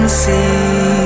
see